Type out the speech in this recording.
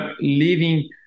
leaving